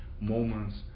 moments